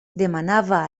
demanava